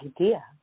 idea